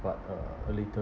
but uh a little